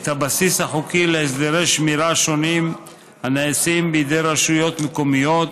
את הבסיס החוקי להסדרי שמירה שונים הנעשים בידי רשויות מקומיות,